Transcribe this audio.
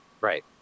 Right